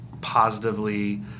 positively